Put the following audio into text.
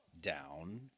down